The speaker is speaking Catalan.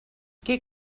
què